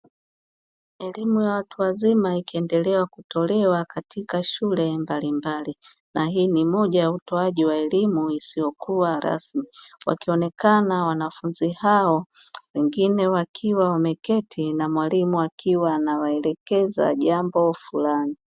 Elimu ya watu wazima, ikiendelea kutolewa katika shule mbalimbali na hii ni moja ya utoaji wa elimu isiyokuwa rasmi, wakionekana wanafunzi hao wengine wakiwa wameketi na mwalimu akiwa anawaelekeza jambo fulani.